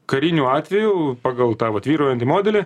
kariniu atveju pagal tą vat vyraujantį modelį